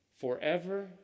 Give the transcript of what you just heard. forever